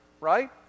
right